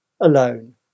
Alone